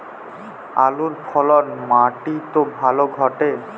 আলুর ফলন মাটি তে ভালো ঘটে?